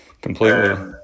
completely